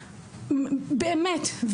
באמת,